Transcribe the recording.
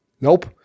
Nope